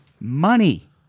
money